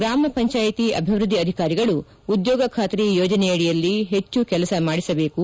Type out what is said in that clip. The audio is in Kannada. ಗ್ರಾಮ ಪಂಚಾಯಿತಿ ಅಭಿವೃದ್ದಿ ಅಧಿಕಾರಿಗಳು ಉದ್ಯೋಗ ಖಾತ್ರಿ ಯೋಜನೆಯಡಿಯಲ್ಲಿ ಹೆಚ್ಚು ಕೆಲಸ ಮಾಡಿಸಬೇಕು